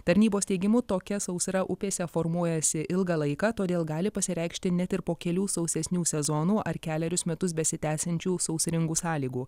tarnybos teigimu tokia sausra upėse formuojasi ilgą laiką todėl gali pasireikšti net ir po kelių sausesnių sezonų ar kelerius metus besitęsiančių sausringų sąlygų